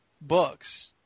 books